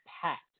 packed